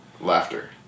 Laughter